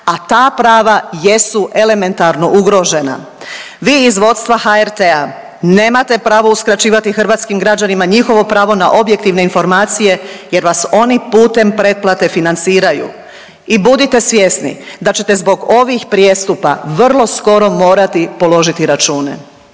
a ta prava jesu elementarno ugrožena. Vi iz vodstva HRT-a nemate pravo uskraćivati hrvatskim građanima njihovo pravo na objektivne informacije jer vas oni putem pretplate financiraju i budite svjesni da ćete zbog ovih prijestupa vrlo skoro položiti račune.